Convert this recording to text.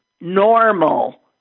Normal